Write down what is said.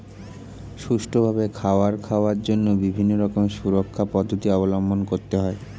সুষ্ঠুভাবে খাবার খাওয়ার জন্য বিভিন্ন রকমের সুরক্ষা পদ্ধতি অবলম্বন করতে হয়